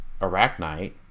Arachnite